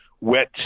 wet